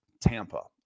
Tampa